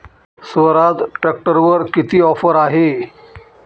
स्वराज ट्रॅक्टरवर किती ऑफर आहे?